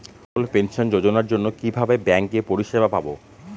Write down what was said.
অটল pension যোজনার জন্য কিভাবে ব্যাঙ্কে পরিষেবা পাবো?